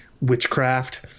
witchcraft